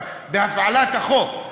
בהפעלת החוק.